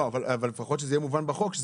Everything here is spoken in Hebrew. לא, אבל לפחות שזה יהיה מובן בחוק.